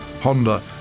Honda